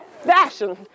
Fashion